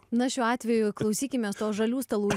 na šiuo atveju klausykimės to žalių stalų